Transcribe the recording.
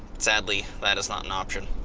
sadly, that is not an option.